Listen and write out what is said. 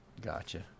Gotcha